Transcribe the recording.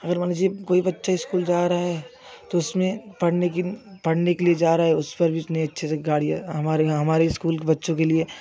और मान लीजिए कोई बच्चे स्कूल जा रहा है तो उसमें पढ़ने की पढ़ने के लिए जा रहा है उस पर भी इतने अच्छे से गाड़ियाँ हमारे यहाँ हमारे स्कूल के बच्चों के लिए